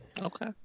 Okay